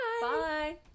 Bye